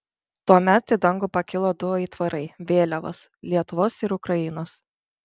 tuomet į dangų pakilo du aitvarai vėliavos lietuvos ir ukrainos